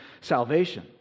salvation